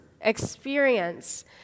experience